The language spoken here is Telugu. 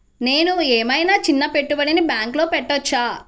నేను ఏమయినా చిన్న పెట్టుబడిని బ్యాంక్లో పెట్టచ్చా?